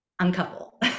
uncouple